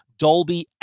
Dolby